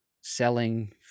selling